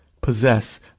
Possess